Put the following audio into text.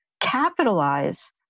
capitalize